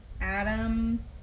Adam